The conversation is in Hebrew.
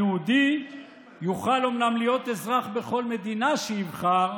היהודי יוכל אומנם להיות אזרח בכל מדינה שיבחר,